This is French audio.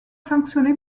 sanctionné